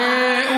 למה בנט לא הרס?